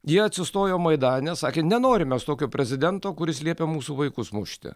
jie atsistojo maidane sakė nenorim mes tokio prezidento kuris liepė mūsų vaikus mušti